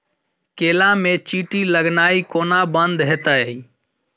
केला मे चींटी लगनाइ कोना बंद हेतइ?